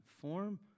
Form